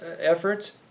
efforts